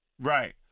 Right